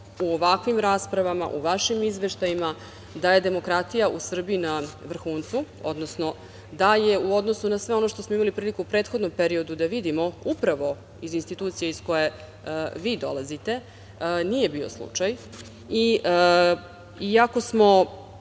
u ovakvim raspravama o vašim izveštajima, da je demokratija u Srbiji na vrhuncu, odnosno da je u odnosu na sve ono što smo imali priliku u prethodnom periodu da vidimo upravo iz institucije iz koje vi dolazite, nije bio slučaj. Iako je